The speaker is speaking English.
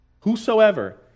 whosoever